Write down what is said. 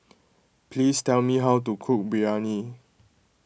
please tell me how to cook Biryani